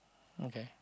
okay